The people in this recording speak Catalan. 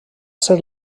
ser